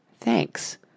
Thanks